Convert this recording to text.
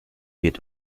wird